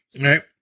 right